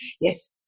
yes